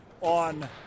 on –